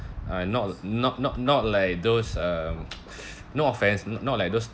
uh not not not not like those uh no offense not like those